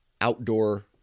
outdoor